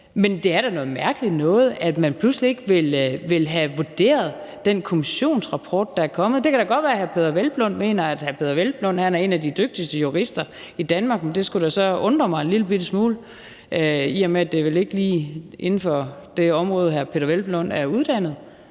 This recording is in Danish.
Men det er da noget mærkeligt noget, at man pludselig ikke vil have vurderet den kommissionsrapport, der er kommet. Det kan godt være, at hr. Peder Hvelplund mener, at han selv er en af de dygtigste jurister i Danmark – det skulle da så undre mig en lillebitte smule, i og med at det vel ikke lige er inden for det område, hr. Peder Hvelplund er uddannet.